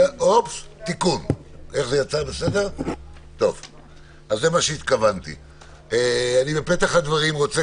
9). בפתח הדברים אני רוצה